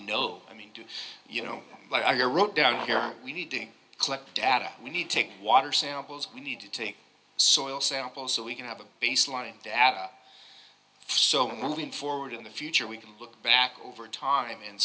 know i mean do you know like i wrote down here we need to collect data we need to take water samples we need to take so oil samples so we can have a baseline data so moving forward in the future we can look back over time and